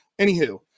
anywho